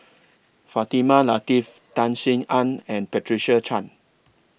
Fatimah Lateef Tan Sin Aun and Patricia Chan